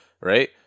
right